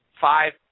five